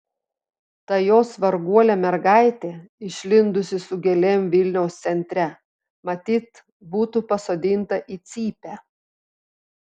ta jos varguolė mergaitė išlindusi su gėlėm vilniaus centre matyt būtų pasodinta į cypę